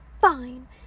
fine